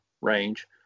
Range